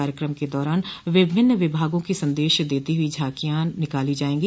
कार्यक्रम के दौरान विभिन्न विभागों की संदेश देती हुई झांकियां निकाली जायेंगी